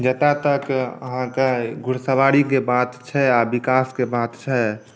जतय तक अहाँके घुड़सवारीके बात छै आओर विकासक बात छै